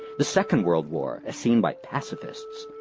the second world war as seen by pacifists,